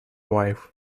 wife